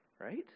right